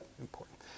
important